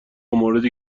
موردی